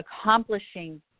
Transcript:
accomplishing